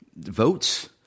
votes